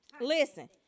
Listen